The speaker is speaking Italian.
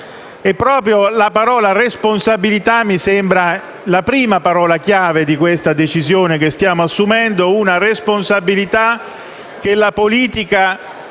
È proprio la parola responsabilità la prima parola chiave di questa decisione che stiamo assumendo, una responsabilità alla quale